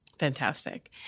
Fantastic